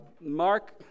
Mark